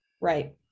Right